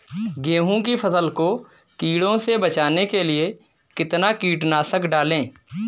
गेहूँ की फसल को कीड़ों से बचाने के लिए कितना कीटनाशक डालें?